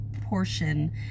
portion